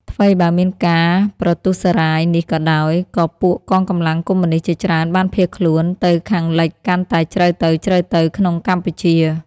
ថ្វីបើមានការប្រទូសរ៉ាយនេះក៏ដោយ ក៏ពួកកងកម្លាំងកុម្មុយនិស្តជាច្រើនបានភៀសខ្លួន ទៅខាងលិចកាន់តែជ្រៅទៅៗក្នុងកម្ពុជា។